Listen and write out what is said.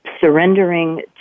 surrendering